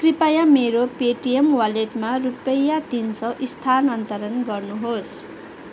कृपया मेरो पेटिएम वालेटमा रुपैयाँ तिन सौ स्थानान्तरण गर्नुहोस्